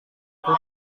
itu